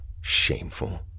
Shameful